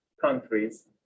countries